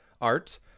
art